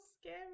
scary